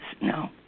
No